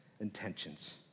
Intentions